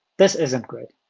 this isn't great.